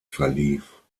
verlief